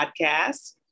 podcast